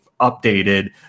updated